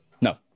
No